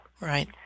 right